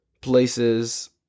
places